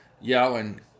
yelling